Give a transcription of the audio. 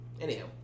Anyhow